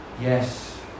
Yes